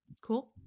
Cool